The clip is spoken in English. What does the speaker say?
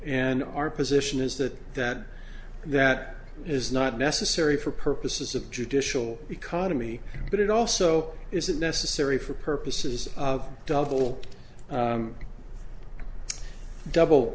and our position is that that that is not necessary for purposes of judicial because to me but it also isn't necessary for purposes of double double